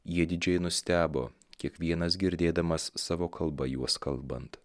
jie didžiai nustebo kiekvienas girdėdamas savo kalba juos kalbant